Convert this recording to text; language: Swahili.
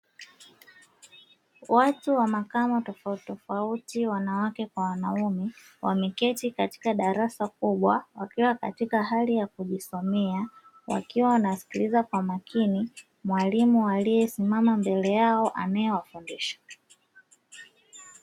Watu wa makala tofauti tofauti wanawake kwa wanaume wameketi katika darasa kubwa, wakiwa katika hali ya kujisomea, wakiwa wanamsikiliza kwa makini, mwalimu aliyesimama mbele yao akiwafundisha.